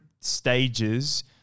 stages